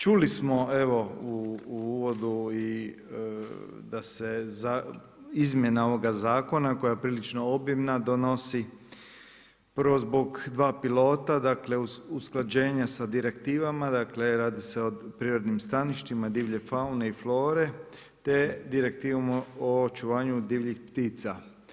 Čuli smo evo, u uvodu da se izmjena ovoga zakona koja je prilično obilna donosi prvo, zbog dva pilota, dakle usklađenje sa direktivama, dakle radi se o prirodnim staništima, divlje faune i flore te direktivom o očuvanju divljih ptica.